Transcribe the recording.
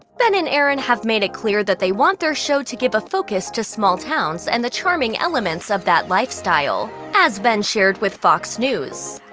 ben and erin have made it clear that they want their show to give a focus to small towns and the charming elements of that lifestyle. as ben shared with fox news,